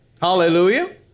Hallelujah